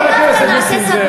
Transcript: חבר הכנסת נסים זאב.